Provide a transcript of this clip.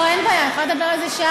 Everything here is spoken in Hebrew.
לא, אין בעיה, אני יכולה לדבר על זה שעה.